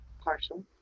Partial